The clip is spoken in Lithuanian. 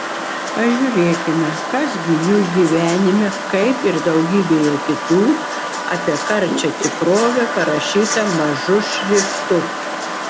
pažiūrėkime kas gi jų gyvenime kaip ir daugybėje kitų apie karčią tikrovę parašyta mažu šriftu